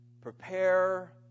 prepare